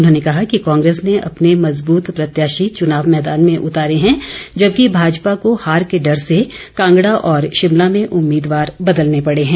उन्होंने कहा कि कांग्रेस ने अपने मज़बूत प्रत्याशी चुनाव मैदान में उतारे हैं जबकि भाजपा को हार के डर से कांगड़ा और शिमला में उम्मीदवार बदलने पड़े हैं